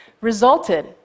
resulted